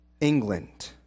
England